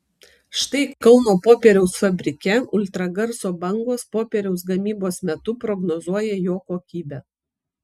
štai kauno popieriaus fabrike ultragarso bangos popieriaus gamybos metu prognozuoja jo kokybę